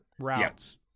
routes